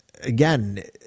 Again